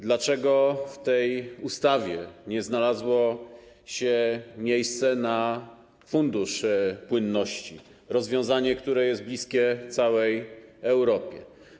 Dlaczego w tej ustawie nie znalazło się miejsce na fundusz płynności, rozwiązanie, które jest bliskie całej Europie?